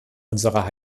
unserer